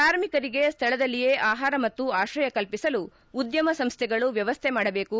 ಕಾರ್ಮಿಕರಿಗೆ ಸ್ಥಳದಲ್ಲಿಯೇ ಆಪಾರ ಮತ್ತು ಆಶ್ರಯ ಕಲ್ಪಿಸಲು ಉದ್ಯಮ ಸಂಸ್ಥೆಗಳು ವ್ಯವಸ್ಥೆ ಮಾಡಬೇಕು